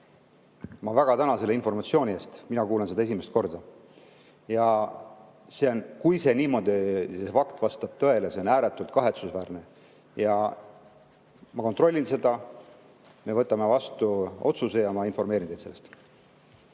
Ma väga tänan selle informatsiooni eest, mina kuulen seda esimest korda. Kui see vastab tõele, siis see on ääretult kahetsusväärne. Ma kontrollin seda, me võtame vastu otsuse ja ma informeerin teid sellest.